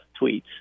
tweets